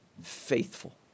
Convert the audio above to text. faithful